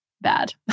bad